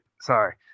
sorry